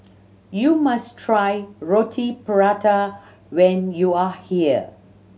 you must try Roti Prata when you are here